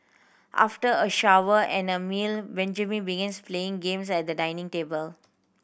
after a shower and a meal Benjamin begins playing games at the dining table